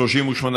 סעיף 1 נתקבל.